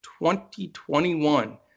2021